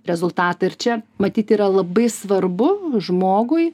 rezultatą ir čia matyt yra labai svarbu žmogui